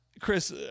Chris